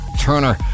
Turner